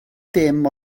dim